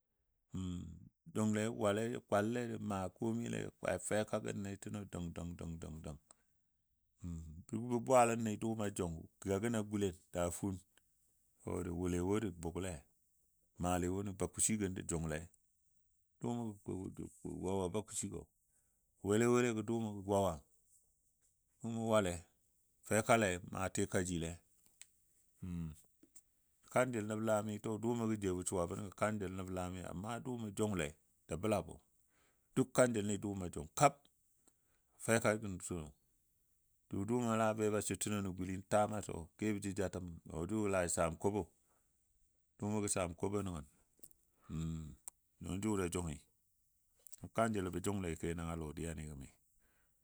Junle wale kwalle jə maa komaile feka gənle təgo dəng dəng dang dang duk bə bwaləni dʊʊmɔ jʊng ga gən a gulen daa fuun də wɔle wo də bʊgle maale wo nən bakusi gən də jʊngle duumɔ gɔ wawa bakusigɔ wale walegɔ dʊʊmɔ ga wawa, dʊʊmɔ wale, fekale, maa tika jile kanjəl nəblami to duumɔ gə suwa bən gɔ kanjəl nəblami amma dʊʊmɔ jʊngle da bəlabɔ, duk kanjəlni dʊʊmo jʊng kab. Feka gən sɔ jʊ dʊʊmɔ la ba su təgo nən guli tama sɔ, kebɔ jə jatəm o jʊ laa jə sam kobo. Dʊʊmɔ ga sam kobo nəngɔ jʊ ja jʊngi. Kanjəlo bə jʊngle kenan a lɔdiyani gəmi.